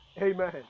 Amen